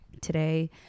Today